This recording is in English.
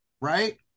right